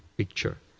picture.